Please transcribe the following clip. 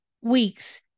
Weeks